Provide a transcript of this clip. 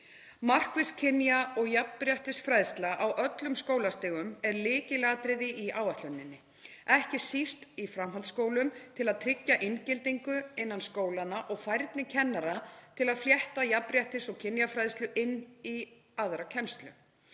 Markviss kynja- og jafnréttisfræðsla á öllum skólastigum er lykilatriði í áætluninni, ekki síst í framhaldsskólum, til að tryggja inngildingu innan skólanna og færni kennara til að flétta jafnréttis- og kynjafræðslu inn í aðra kennslu.